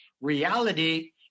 Reality